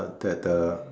that uh